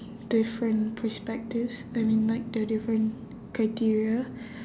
different perspectives I mean like there are different criteria